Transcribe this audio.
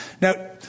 Now